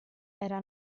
era